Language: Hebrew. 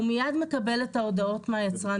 הוא מיד מקבל את ההודעות מהיצרן,